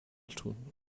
tun